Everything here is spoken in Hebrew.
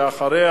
ואחריה,